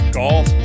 golf